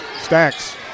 Stacks